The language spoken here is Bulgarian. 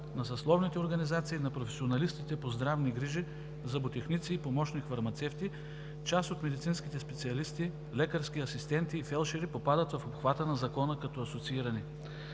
на съсловните организации на професионалистите по здравни грижи, зъботехниците и помощник-фармацевтите. Част от медицинските специалисти, лекарски асистенти и фелдшери попадат в обхвата на Закона като асоциирани.